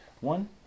one